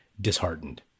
disheartened